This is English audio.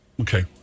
Okay